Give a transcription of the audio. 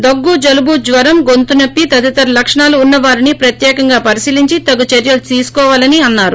దగ్గు జలుబు జ్వరం గొంతు నొప్పి తదితర లక్షణాలు ఉన్నవారిని ప్రత్యేకంగా పరిశీలించి తగు చర్యలు తీసుకోవాలని అన్నారు